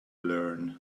learn